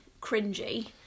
cringy